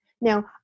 Now